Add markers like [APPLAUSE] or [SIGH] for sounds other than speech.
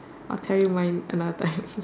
I'll tell you mine another time [LAUGHS]